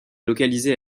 localisée